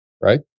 right